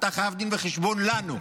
אתה חייב דין וחשבון לנו.